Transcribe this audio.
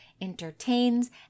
entertains